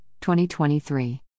2023